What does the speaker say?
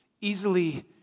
easily